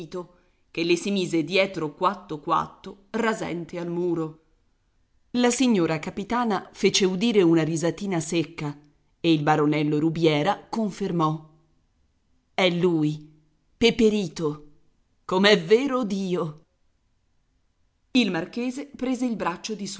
che le si mise dietro quatto quatto rasente al muro la signora capitana fece udire una risatina secca e il baronello rubiera confermò è lui peperito com'è vero dio il marchese prese il braccio di